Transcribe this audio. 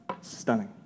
Stunning